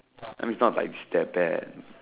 I mean it's not like it's that bad